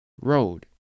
road